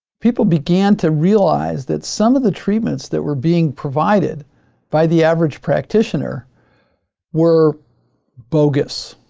people began to realize that some of the treatments that were being provided by the average practitioner were bogus.